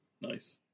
Nice